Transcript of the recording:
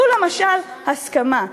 זו למשל הסכמה.